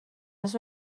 nos